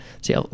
see